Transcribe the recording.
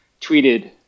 tweeted